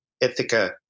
Ithaca